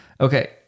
Okay